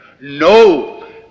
no